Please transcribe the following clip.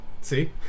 See